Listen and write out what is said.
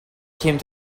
came